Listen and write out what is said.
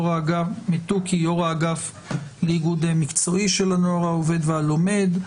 יו"ר האגף לאיגוד מקצועי של הנוער העובד והלומד.